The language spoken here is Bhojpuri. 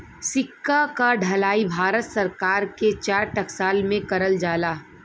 सिक्का क ढलाई भारत सरकार के चार टकसाल में करल जाला